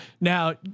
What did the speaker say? Now